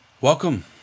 Welcome